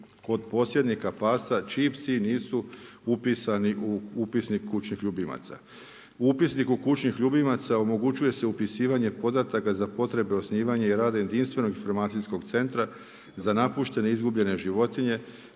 kod posjednika pasa, čiji psi nisu pisani u upisnik kućnih ljubimaca. U upisnik kućnih ljubimaca, omogućuje se upisivanje podataka za potrebe osnivanja i rada jedinstvenog informacijskog centra, za napuštene i izgubljene životinje,